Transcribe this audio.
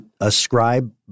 ascribe